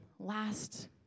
Last